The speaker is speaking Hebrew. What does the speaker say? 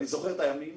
אני זוכר את הימים